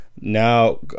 now